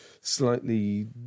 slightly